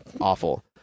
awful